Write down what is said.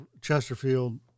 Chesterfield